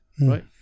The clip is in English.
Right